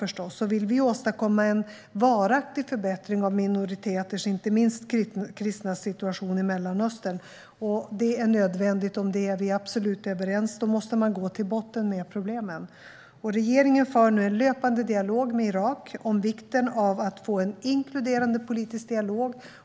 Om vi vill åstadkomma varaktig förbättring av minoriteters och inte minst kristnas situation i Mellanöstern - att detta är nödvändigt är vi helt överens om - måste vi gå till botten med problemen. Regeringen för nu en löpande dialog med Irak om vikten av att få en inkluderande politisk dialog.